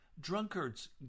Drunkards